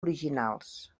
originals